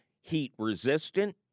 heat-resistant